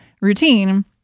routine